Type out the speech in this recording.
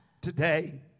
today